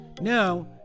Now